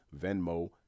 Venmo